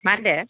मा होनदों